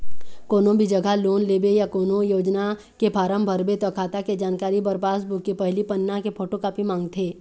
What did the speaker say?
कोनो भी जघा लोन लेबे या कोनो योजना के फारम भरबे त खाता के जानकारी बर पासबूक के पहिली पन्ना के फोटोकापी मांगथे